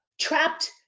trapped